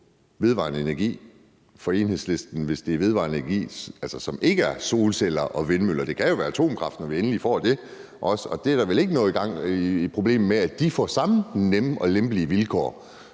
gør det for Enhedslisten, hvis det er vedvarende energi, som ikke er fra solceller og vindmøller? Det kan jo være atomkraft, når vi endelig får det, og der er vel ikke noget problem i, at det får samme smidige og lempelige vilkår.